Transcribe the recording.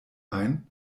ein